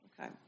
Okay